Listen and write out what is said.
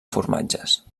formatges